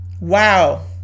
Wow